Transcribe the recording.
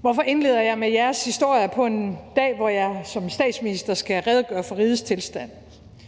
Hvorfor indleder jeg med jeres historier på en dag, hvor jeg som statsminister skal redegøre for rigets tilstand?